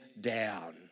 down